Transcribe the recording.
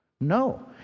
No